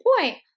point